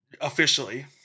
officially